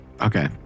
Okay